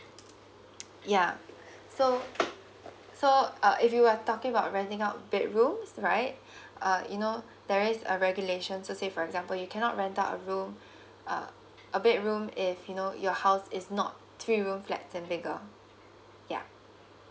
yeah so so uh if you are talking about renting bedrooms right uh you know there is a regulation so say for example you cannot rent out a room uh a bedroom if you know your house is not three room flats and bigger yeah